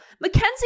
Mackenzie